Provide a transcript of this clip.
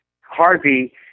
Harvey